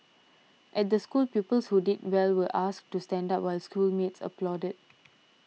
at the school pupils who did well were asked to stand up while schoolmates applauded